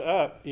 up